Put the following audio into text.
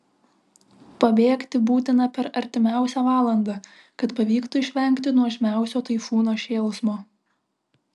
pabėgti būtina per artimiausią valandą kad pavyktų išvengti nuožmiausio taifūno šėlsmo